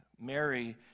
mary